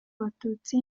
abatutsi